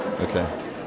Okay